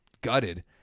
gutted